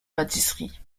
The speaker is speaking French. pâtisserie